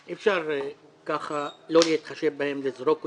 אי אפשר ככה לא להתחשב בהם ולזרוק אותם.